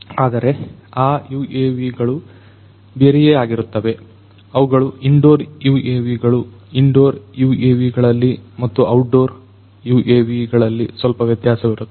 ಆದರೆ ಆ UAV ಗಳು ಬೇರೆಯಾಗಿರುತ್ತವೆ ಅವುಗಳು ಇಂಡೋರ್ UAV ಗಳು ಇಂಡೋರ್ UAV ಗಳಲ್ಲಿ ಮತ್ತು ಔಟ್ ಡೋರ್ UAV ಗಳಲ್ಲಿ ಸ್ವಲ್ಪ ವ್ಯತ್ಯಾಸವಿರುತ್ತದೆ